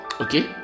okay